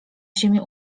ziemię